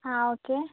ആ ഓക്കെ